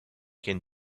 can